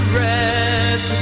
red